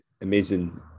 amazing